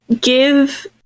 give